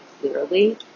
clearly